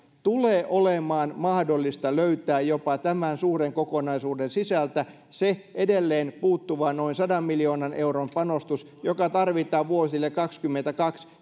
tulee olemaan mahdollista löytää jopa tämän suuren kokonaisuuden sisältä se edelleen puuttuva noin sadan miljoonan euron panostus joka tarvitaan vuosille kaksikymmentäyksi kaksikymmentäkaksi